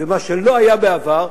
ומה שלא היה בעבר,